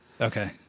Okay